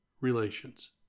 relations